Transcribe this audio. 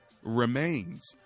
remains